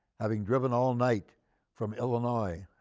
having driven all night from illinois,